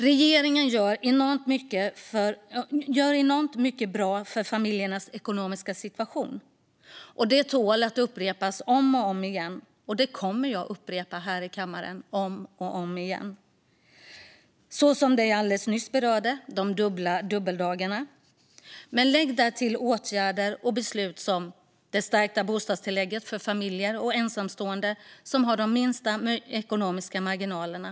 Regeringen gör enormt mycket bra för familjernas ekonomiska situation - detta tål att upprepas om och om igen, och jag kommer att upprepa det här i kammaren om och om igen. Ett exempel är de dubbla dubbeldagarna, som jag alldeles nyss berörde. Andra åtgärder och beslut kan läggas därtill, exempelvis det stärkta bostadstillägget för de familjer och ensamstående som har de minsta ekonomiska marginalerna.